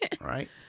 right